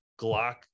Glock